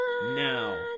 Now